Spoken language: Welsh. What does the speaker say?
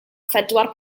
phedwar